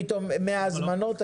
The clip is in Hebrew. פתאום 100 הזמנות השבוע.